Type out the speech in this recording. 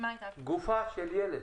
גופה של ילד